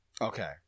okay